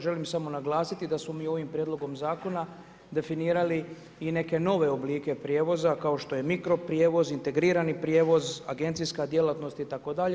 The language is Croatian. Želim samo naglasiti da smo mi ovim prijedlogom zakona definirali i neke nove oblike prijevoza kao što je mikro prijevoz, integrirani prijevoz, agencijska djelatnost itd.